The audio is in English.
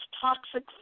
toxic